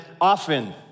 often